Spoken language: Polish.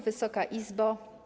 Wysoka Izbo!